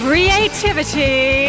Creativity